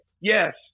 yes